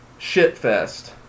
Shitfest